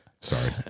sorry